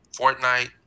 Fortnite